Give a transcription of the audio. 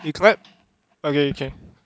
you clap okay can